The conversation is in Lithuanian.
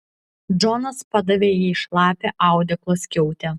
džonas padavė jai šlapią audeklo skiautę